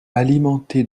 alimenter